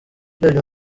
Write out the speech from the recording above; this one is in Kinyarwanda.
urebye